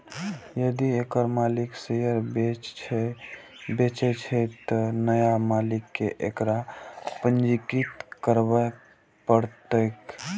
यदि एकर मालिक शेयर बेचै छै, तं नया मालिक कें एकरा पंजीकृत करबय पड़तैक